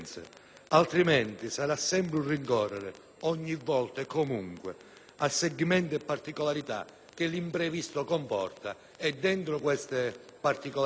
Altrimenti, sarà sempre un rincorrere, ogni volta e comunque, segmenti e particolarità che l'imprevisto comporta e dentro queste particolarità